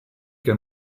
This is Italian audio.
che